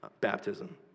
baptism